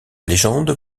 légende